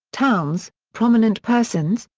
towns, prominent persons,